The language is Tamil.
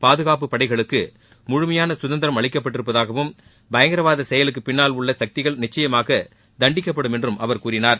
பாதுகாப்பு படைகளுக்கு முழுமையான சுதந்திரம் அளிக்கப்பட்டிருப்பதகாவும் பயங்கரவாத செயலுக்கு பின்னால் உள்ள சக்திகள் நிச்சயமாக தண்டிக்கப்படும் என்றும் அவர் கூறினார்